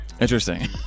Interesting